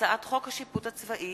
הצעת חוק השיפוט הצבאי